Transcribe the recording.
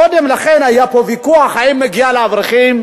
קודם לכן היה פה ויכוח, האם מגיע לאברכים,